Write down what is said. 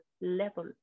level